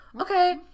okay